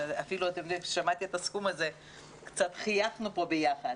אפילו אתם יודעים כששמעתי את הסכום הזה קצת חייכנו פה ביחד,